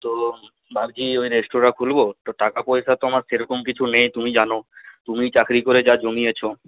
তো ভাবছি ওই রেস্তোরাঁ খুলবো তো টাকা পয়সা তো আমার সেরকম কিছু নেই তুমি জানো তুমিই চাকরি করে যা জমিয়েছো